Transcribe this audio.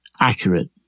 accurate